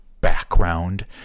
background